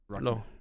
No